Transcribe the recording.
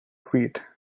feet